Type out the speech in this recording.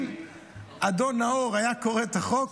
אם אדון נאור היה קורא את החוק,